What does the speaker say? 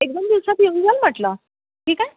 एक दोन दिवसांत येऊन जाल म्हटलं ठीक आहे